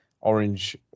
orange